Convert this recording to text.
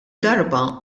darba